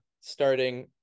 starting